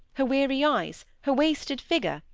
her weary eyes, her wasted figure,